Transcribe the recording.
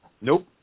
Nope